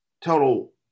total –